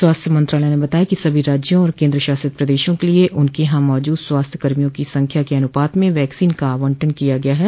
स्वास्थ्य मंत्रालय ने बताया कि सभी राज्यों और केन्द्रशासित प्रदेशों के लिए उनके यहां मौजूद स्वास्थ्य कर्मियों की संख्या के अनुपात में वैक्सीन का आवंटन किया गया है